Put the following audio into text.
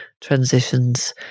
transitions